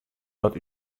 dat